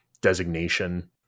designation